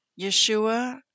Yeshua